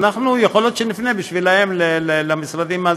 יכול להיות שאנחנו נפנה בשבילם למשרדים,